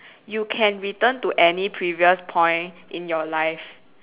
you can return to any previous point in your life